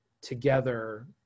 together